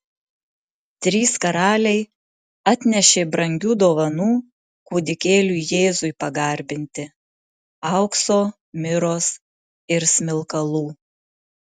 trys karaliai atnešė brangių dovanų kūdikėliui jėzui pagarbinti aukso miros ir smilkalų